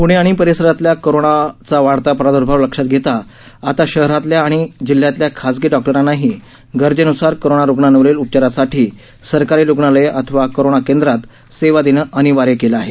प्णे आणि परिसरातला कोरोनाचा वाढता प्रादुर्भाव लक्षात घेता आता शहरातल्या आणि जिल्ह्यातल्या खासगी डॉक्टरांनाही गरजेनुसार कोरोना रुग्णांवरील उपचारासाठी सरकारी रुग्णालये अथवा कोरोना केंद्रात सेवा देणं अनिवार्य केलं आहे